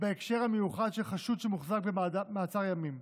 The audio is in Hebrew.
בהקשר המיוחד של חשוד שמוחזק במעצר ימים.